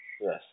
Yes